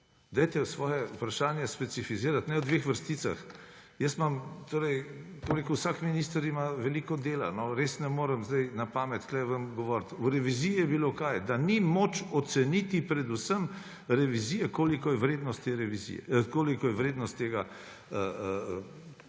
Dajte svoja vprašanja specificirati, ne v dveh vrsticah. Vsak minister ima veliko dela, res ne morem sedaj na pamet tu vam govoriti. V reviziji je bilo – kaj? Da ni moč oceniti predvsem revizije, koliko je vrednost te investicije.